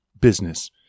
business